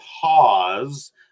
pause